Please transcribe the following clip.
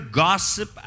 gossip